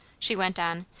she went on,